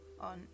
on